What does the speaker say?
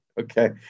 Okay